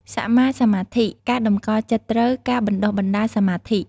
សម្មាសមាធិ ការតម្កល់ចិត្តត្រូវ ការបណ្ដុះបណ្ដាលសមាធិ។